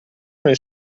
nel